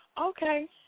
Okay